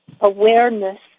awareness